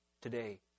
today